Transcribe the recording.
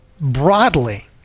broadly